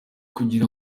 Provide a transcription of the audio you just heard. kugira